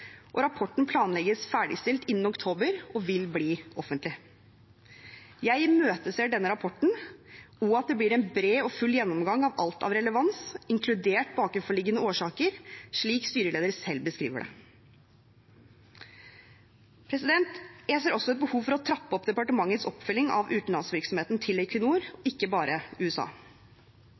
Rapporten planlegges ferdigstilt innen oktober og vil bli offentlig. Jeg imøteser denne rapporten, og at det blir en bred og full gjennomgang av alt av relevans, inkludert bakenforliggende årsaker, slik styreleder selv beskriver det. Jeg ser også et behov for å trappe opp departementets oppfølging av utenlandsvirksomheten til Equinor, ikke bare i USA.